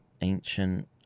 ancient